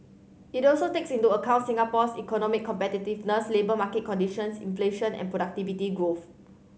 it also takes into account Singapore's economic competitiveness labour market conditions inflation and productivity growth